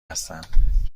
هستم